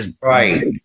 Right